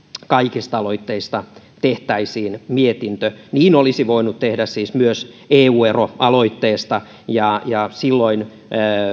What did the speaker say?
kaikista aloitteista tehtäisiin mietintö niin olisi voinut tehdä siis myös eu eroaloitteesta ja ja silloin